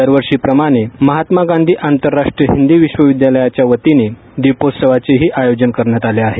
दरवर्षीप्रमाणे महात्मा गांधी आंतरराष्ट्रीय विश्व हिंदू विद्यालयाच्या वतीने दीपउत्सवाचे आयोजन करण्यात आले आहे